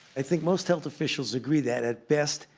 i think most health officials agree that at best,